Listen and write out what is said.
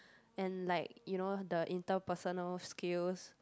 and like you know the interpersonal skills